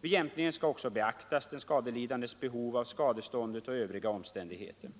Vid jämkning skall också beaktas den skadelidandes behov av skadeståndet och övriga omständigheter.